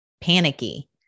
panicky